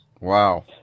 Wow